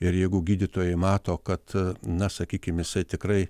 ir jeigu gydytojai mato kad na sakykim jisai tikrai